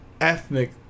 ethnic